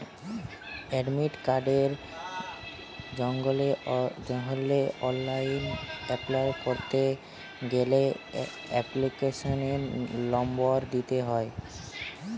credit কার্ডের জন্হে online apply ক্যরতে গ্যালে এপ্লিকেশনের লম্বর দিত্যে হ্যয়